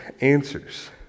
answers